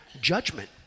judgment